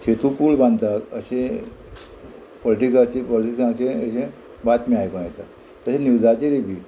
शेतू पूल बांदता अशें पॉलिटीकाचे पॉलिटीकाचे अशें बातम्यो आयको येता तशेंच न्युजाचेरय बी